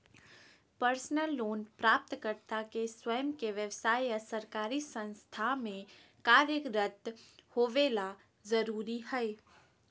personal loan प्राप्तकर्ता के स्वयं के व्यव्साय या सरकारी संस्था में कार्यरत होबे ला जरुरी हइ